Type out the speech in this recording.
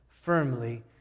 firmly